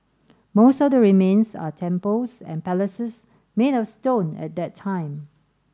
most of the remains are temples and palaces made of stone at that time